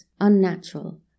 unnatural